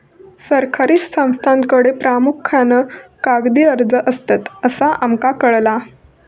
सरकारी संस्थांकडे प्रामुख्यान कागदी अर्ज असतत, असा आमका कळाला